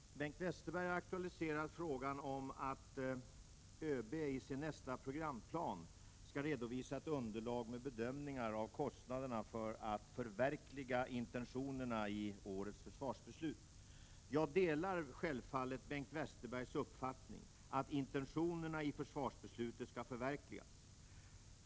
Herr talman! Bengt Westerberg aktualiserar frågan om att överbefälhavaren i sin nästa programplan skall redovisa ett underlag med bedömningar av kostnaderna för att förverkliga intentionerna i årets försvarsbeslut. Jag delar självfallet Bengt Westerbergs uppfattning att intentionerna i försvarsbeslutet skall förverkligas.